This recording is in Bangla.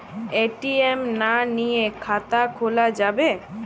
এ.টি.এম না নিয়ে খাতা খোলা যাবে?